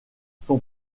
son